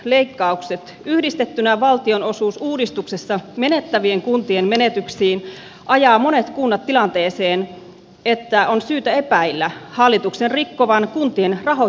leikkaukset yhdistettynä valtionosuusuudistuksessa menettävien kuntien menetyksiin ajaa monet kunnat tilanteeseen että on syytä epäillä hallituksen rikkovan kuntien rahaa